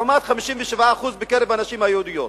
לעומת 57% בקרב הנשים היהודיות.